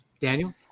Daniel